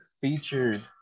featured